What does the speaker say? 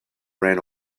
ran